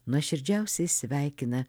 nuoširdžiausiai sveikina